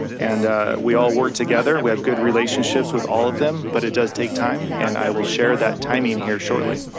and we all work together. we have good relationships with all of them, but does take time and i will share that timing here shortly.